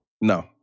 No